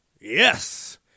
Yes